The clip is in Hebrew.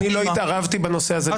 אני לא התערבתי בנושא הזה בכלל.